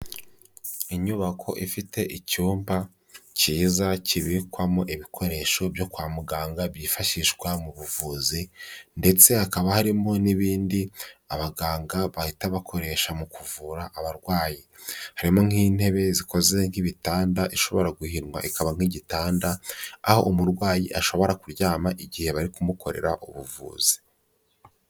Inyubako ifite icyumba cyiza kibikwamo ibikoresho byo kwa muganga byifashishwa mu buvuzi ndetse hakaba harimo n'ibindi abaganga bahita bakoresha mu kuvura abarwayi, harimo n'intebe zikoze nk'ibitanda, ishobora guhinwa ikaba nk'igitanda, aho umurwayi ashobora kuryama igihe bari kumukorera ubuvuzi.